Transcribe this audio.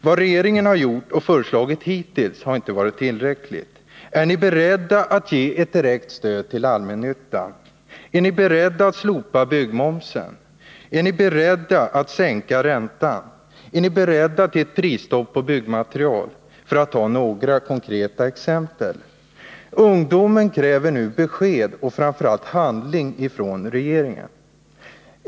Vad regeringen har gjort och föreslagit hittills har inte varit tillräckligt. Är ni beredda att ge ett direkt stöd till allmännyttan? Är ni beredda att slopa byggmomsen? Är ni beredda att sänka räntan? Är ni beredda att införa ett prisstopp på byggmaterial? Detta är några konkreta exempel. Ungdomen kräver nu besked och framför allt handling från regeringen.